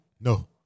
No